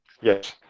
Yes